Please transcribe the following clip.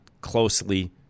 closely